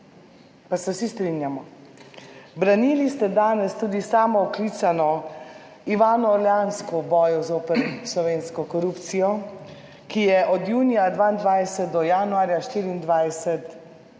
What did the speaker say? Pa se vsi strinjamo. Branili ste danes tudi samooklicano Ivano Orleansko boju zoper slovensko korupcijo, ki je od junija 2022 do januarja 2024